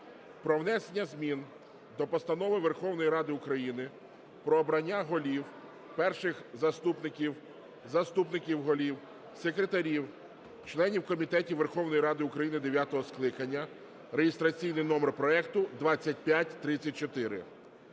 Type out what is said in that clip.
про внесення змін до Постанови Верховної Ради України про обрання голів, перших заступників, заступників голів, секретарів, членів комітетів Верховної Ради України дев'ятого скликання (реєстраційний номер проекту 2534).